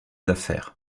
affaires